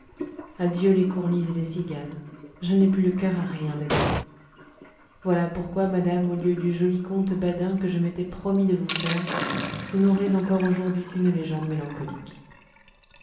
adieu les courlis et les cigales je n'ai plus le cœur à rien de gai voilà pourquoi madame au lieu du joli conte badin que je m'étais promis de vous faire vous n'aurez encore aujourd'hui qu'une légende mélancolique